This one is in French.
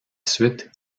suite